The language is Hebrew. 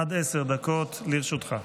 עד עשר דקות לרשותך.